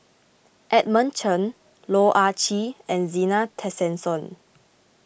Edmund Chen Loh Ah Chee and Zena Tessensohn